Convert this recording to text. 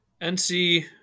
NC